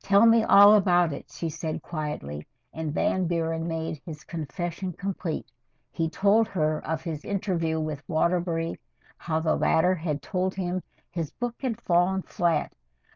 tell me all about it she said quietly and van buren made his confession complete he told her of his interview with waterbury how the latter had told him his book had fallen flat